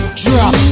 drop